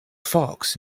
fox